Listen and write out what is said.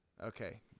Okay